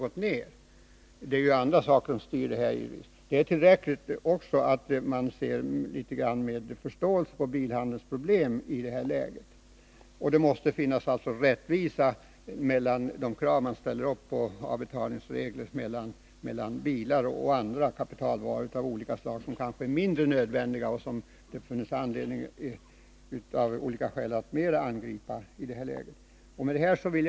Det är givetvis också andra saker som har bidragit härtill, men förhållandena är sådana att det finns anledning att se med förståelse på bilhandelns problem i det här läget. Det måste finnas rättvisa i avbetalningsreglerna för bilhandeln jämfört med reglerna för handeln med andra kapitalvaror av olika slag, som kanske är mindre nödvändiga och som det av olika skäl funnes större anledning att angripa.